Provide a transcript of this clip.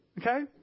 Okay